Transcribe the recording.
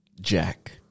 Jack